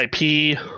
IP